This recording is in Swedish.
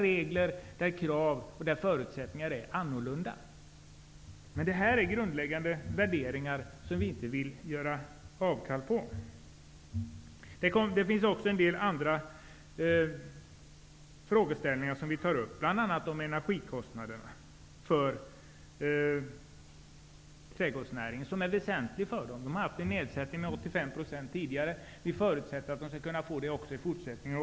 Reglerna, kraven och förutsättningarna är annorlunda. Men det här är grundläggande värderingar som vi inte vill göra avkall på. Det finns också en del andra frågeställningar, bl.a. Dessa kostnader är väsentliga. Tidigare har det varit fråga om 85 % nedsättning av skatterna. Vi förutsätter att det skall kunna bli denna siffra även i fortsättningen.